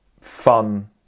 fun